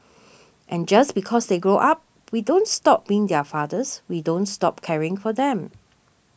and just because they grow up we don't stop being their fathers we don't stop caring for them